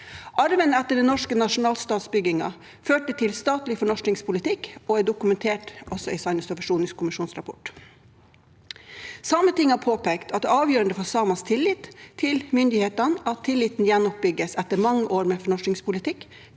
Arven etter den norske nasjonalstatsbyggingen førte til statlig fornorskingspolitikk og er dokumentert i sannhet- og forsoningskommisjonens rapport. Sametinget har påpekt at det er avgjørende for samers tillit til myndighetene at tilliten gjenoppbygges etter mange år med fornorskingspolitikk.